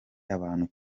abantu